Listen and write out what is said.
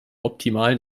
optimalen